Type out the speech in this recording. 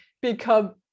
become